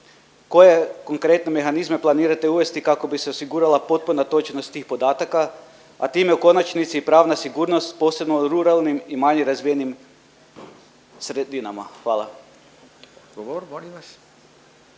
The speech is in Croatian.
Koje konkretno mehanizme planirate uvesti kako bi se osigurala potpuna točnost tih podataka, a time u konačnici i pravna sigurnost posebno u ruralnim i manje razvijenim sredinama? Hvala.